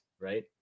right